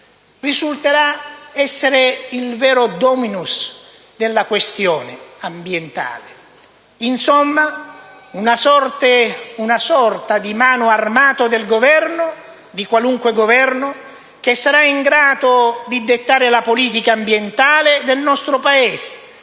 risulterà essere il vero *dominus* della questione ambientale; insomma, una sorta di mano armata di qualunque Governo, che sarà in grado di dettare la politica ambientale del nostro Paese,